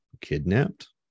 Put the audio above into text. kidnapped